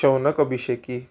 Shaunak Abhisheki